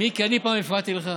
מיקי, אני פעם הפרעתי לך?